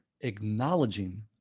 acknowledging